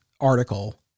article